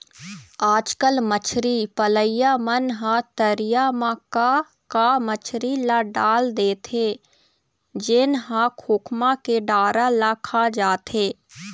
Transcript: आजकल मछरी पलइया मन ह तरिया म का का मछरी ल डाल देथे जेन ह खोखमा के डारा ल खा जाथे